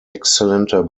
exzellenter